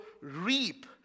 reap